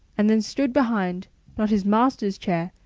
and then stood behind, not his master's chair,